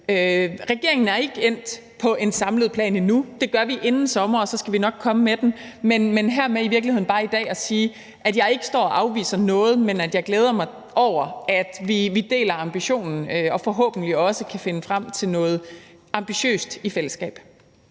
Regeringen er ikke endt på en samlet plan endnu. Det gør vi inden sommer, og så skal vi nok komme med den. Men hermed vil jeg i virkeligheden bare i dag sige, at jeg ikke står og afviser noget, men at jeg glæder mig over, at vi deler ambitionen og forhåbentlig også kan finde frem til noget ambitiøst i fællesskab.